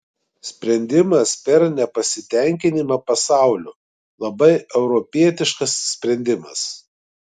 sprendimas per nepasitenkinimą pasauliu labai europietiškas sprendimas